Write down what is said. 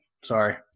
Sorry